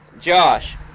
Josh